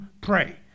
pray